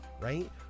right